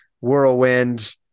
Whirlwind